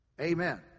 Amen